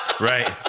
Right